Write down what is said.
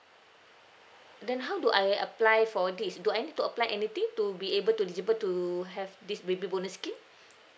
then how do I apply for this do I need to apply anything to be able to eligible to have this baby bonus scheme